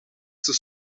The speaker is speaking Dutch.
zijn